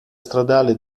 stradale